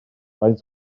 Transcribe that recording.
faint